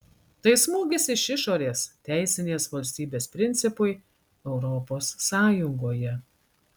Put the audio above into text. tai smūgis iš išorės teisinės valstybės principui europos sąjungoje